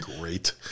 Great